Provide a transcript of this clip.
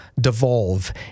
devolve